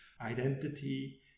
identity